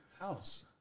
house